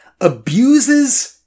abuses